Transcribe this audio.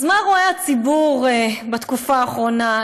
מה רואה הציבור בתקופה האחרונה?